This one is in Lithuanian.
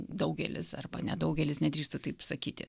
daugelis arba nedaugelis nedrįstu taip sakyti